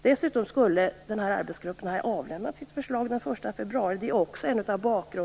Dessutom skulle arbetsgruppen ha avlämnat sitt förslag den 1 februari.